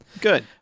good